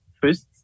first